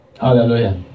Hallelujah